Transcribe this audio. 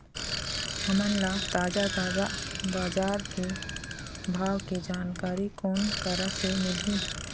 हमन ला ताजा ताजा बजार भाव के जानकारी कोन करा से मिलही?